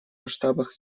масштабах